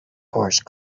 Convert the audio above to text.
horse